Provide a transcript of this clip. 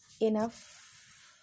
enough